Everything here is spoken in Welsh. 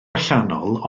allanol